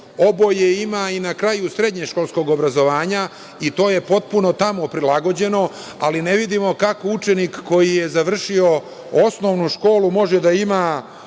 Oboje ima i na kraju srednješkolskog obrazovanja i to je potpuno tamo prilagođeno, ali ne vidimo kako učenik koji je završio osnovnu školu može da ima